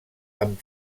amb